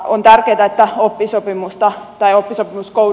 on tärkeätä että oppisopimusta tai oppisopimuskoul